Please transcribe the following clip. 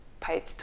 page